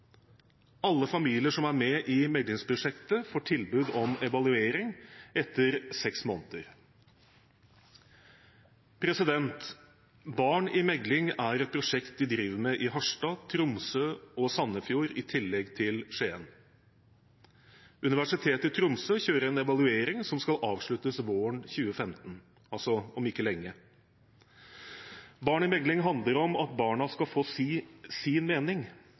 Alle familier som er med i meklingsprosjektet, får tilbud om evaluering etter seks måneder. Barn i mekling er et prosjekt de driver med i Harstad, Tromsø og Sandefjord i tillegg til Skien. Universitetet i Tromsø kjører en evaluering som skal avsluttes våren 2015, altså om ikke lenge. Barn i mekling handler om at barna skal få si sin mening,